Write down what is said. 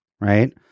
right